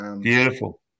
Beautiful